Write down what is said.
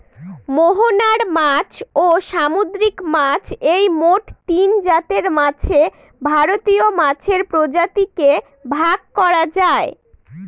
মোহনার মাছ, ও সামুদ্রিক মাছ এই মোট তিনজাতের মাছে ভারতীয় মাছের প্রজাতিকে ভাগ করা যায়